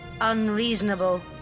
unreasonable